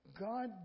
God